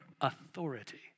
authority